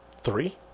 three